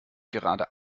gerade